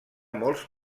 molts